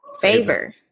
favor